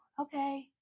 okay